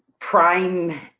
prime